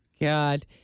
God